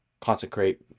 consecrate